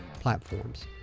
platforms